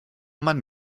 man